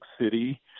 city